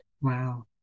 Wow